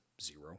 zero